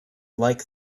like